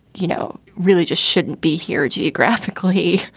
you know, really just shouldn't be here. geographically.